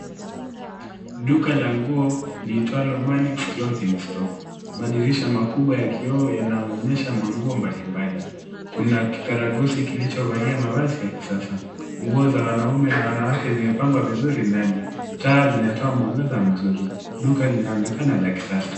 Duka la nguo linaloitwa Manic's Clothing Store madirisha makubwa ya kioo yanayoonyesha manguo mbalimbali. Kuna kikaragosi kilichovalia mavazi ya kisasa. Nguo za wanaume na wanawake zimepangwa vizuri ndani. Taa zinatoa mwangaza mzuri. Duka linaonekana la kisasa.